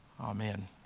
Amen